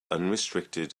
unrestricted